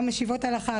גם ישיבות הלכה,